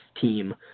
team